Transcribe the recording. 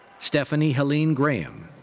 stephanie heleen graham.